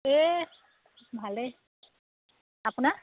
এই ভালেই আপোনাৰ